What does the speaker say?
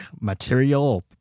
material